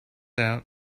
out